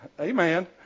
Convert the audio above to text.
Amen